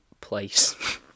place